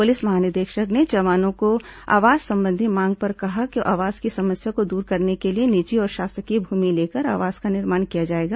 police महानिदेशक ने जवानों की आवास संबंधी मांग पर कहा कि आवास की समस्या को दूर करने के लिए निजी और शासकीय भूमि लेकर आवास का निर्माण किया जाएगा